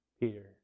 Peter